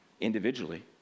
individually